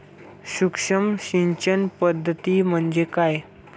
सूक्ष्म सिंचन पद्धती म्हणजे काय?